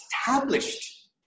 established